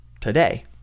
Today